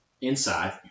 inside